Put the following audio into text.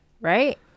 right